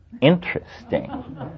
interesting